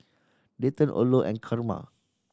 Dayton Orlo and Carma